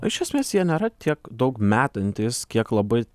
iš esmės jie nėra tiek daug metantys kiek labai